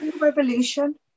revolution